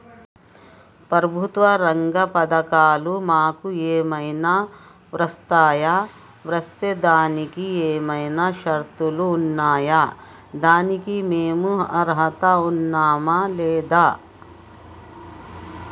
ప్రభుత్వ రంగ పథకాలు మాకు ఏమైనా వర్తిస్తాయా? వర్తిస్తే దానికి ఏమైనా షరతులు ఉన్నాయా? దానికి మేము అర్హత ఉన్నామా లేదా?